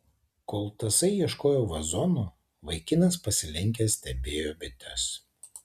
kol tasai ieškojo vazono vaikinas pasilenkęs stebėjo bites